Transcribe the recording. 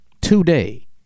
today